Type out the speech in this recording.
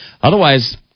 otherwise